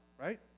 Right